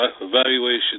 Evaluation